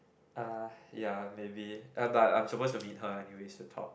uh ya maybe uh but I'm supposed to meet her anyway to talk